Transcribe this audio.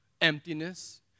emptiness